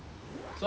so like